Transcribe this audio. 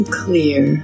clear